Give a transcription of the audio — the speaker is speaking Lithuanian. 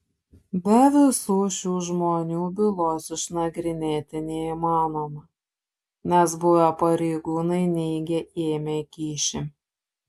be visų šių žmonių bylos išnagrinėti neįmanoma nes buvę pareigūnai neigia ėmę kyšį